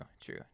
true